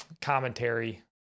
commentary